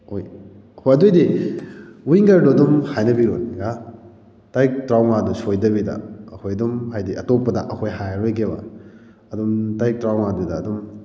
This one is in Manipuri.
ꯑꯣꯏ ꯑꯩꯈꯣꯏ ꯑꯗꯨꯑꯣꯏꯗꯤ ꯋꯤꯡꯒꯔꯗꯨ ꯑꯗꯨꯝ ꯍꯥꯏꯅꯕꯤꯔꯣꯅꯦ ꯇꯥꯔꯤꯛ ꯇꯔꯥꯃꯉꯥꯗꯨ ꯁꯣꯏꯗꯕꯤꯗ ꯑꯩꯈꯣꯏ ꯑꯗꯨꯝ ꯍꯥꯏꯕꯗꯤ ꯑꯇꯣꯞꯄꯗ ꯑꯩꯈꯣꯏ ꯍꯥꯏꯔꯔꯣꯏꯒꯦꯕ ꯑꯗꯨꯝ ꯇꯥꯔꯤꯛ ꯇꯔꯥꯃꯉꯥꯗꯨꯗ ꯑꯗꯨꯝ